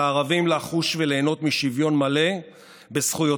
על הערבים לחוש וליהנות משוויון מלא בזכויותיהם,